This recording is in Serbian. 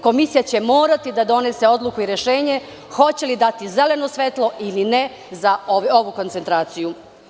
Komisija će morati da donese odluku i rešenje hoće li dati zeleno svetlo ili ne za ovu koncentraciju.